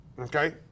okay